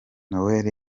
noel